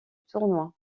tournoi